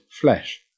flesh